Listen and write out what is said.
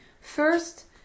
First